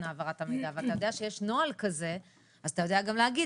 העברת המידע ואתה יודע שיש נוהל כזה אז אתה יודע גם להגיד